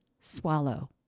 swallow